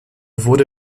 wurde